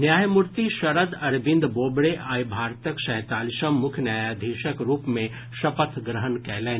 न्यायमूर्ति शरद अरविंद बोबड़े आइ भारतक सैंतालीसम् मुख्य न्यायाधीशक रूप मे शपथ ग्रहण कयलनि